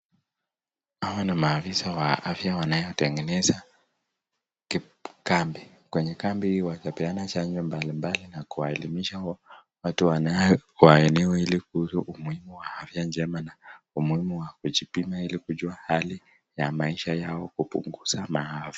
Hao ni maafisa wa afya wanayotengenaza kambi. Kwenye kambi wakipeana chanjo mbalimbali na kuelimisha wanao wa eneo hili kuhusu umuhimu wa afya njema na umuhimu wa kujipima ili kujua hali ya maisha yao ili kupunguza maafa.